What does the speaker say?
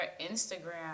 instagram